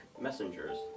messengers